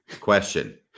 question